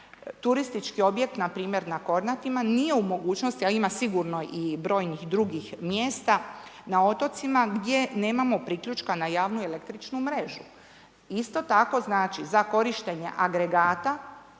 Turistički objekt npr. na Kornatima nije u mogućnosti, a ima sigurno i brojnih drugih mjesta na otocima gdje nemamo priključka na javnu električnu mrežu. Isto tako za korištenje agregata